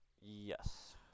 yes